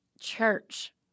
Church